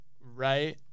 right